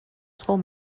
school